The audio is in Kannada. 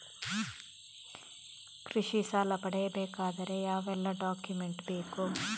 ಕೃಷಿ ಸಾಲ ಪಡೆಯಬೇಕಾದರೆ ಯಾವೆಲ್ಲ ಡಾಕ್ಯುಮೆಂಟ್ ಬೇಕು?